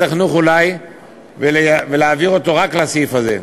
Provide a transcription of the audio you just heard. החינוך אולי ולהעביר אותו רק לסעיף הזה.